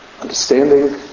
understanding